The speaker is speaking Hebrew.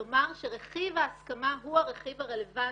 כלומר, שרכיב ההסכמה הוא הרכיב הרלוונטי.